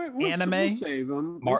Anime